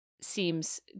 seems